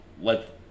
let